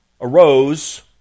arose